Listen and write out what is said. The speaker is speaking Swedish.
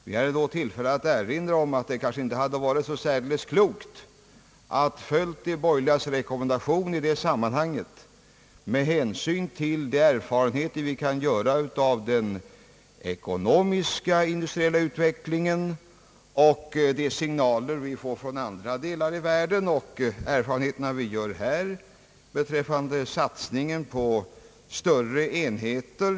Vi hade då tillfälle att erinra om att det kanske inte hade varit så klokt att följa denna borgerliga rekommendation med hänsyn till de erfarenheter vi kan dra av den ekonomiska industriella utvecklingen, de signaler vi får från andra delar av världen och de erfarenheter vi gör beträffande satsning på större enheter.